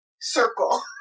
circle